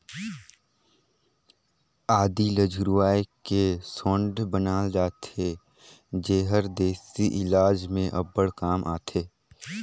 आदी ल झुरवाए के सोंठ बनाल जाथे जेहर देसी इलाज में अब्बड़ काम आथे